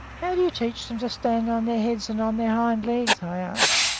how do you teach them to stand on their heads and on their hind legs? i asked.